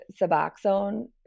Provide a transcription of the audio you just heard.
Suboxone